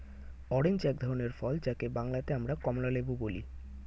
orange এক ধরনের ফল যাকে বাংলাতে আমরা কমলালেবু বলি